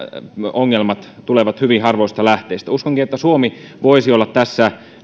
ongelmat tulevat hyvin harvoista lähteistä uskonkin että suomi voisi olla tässä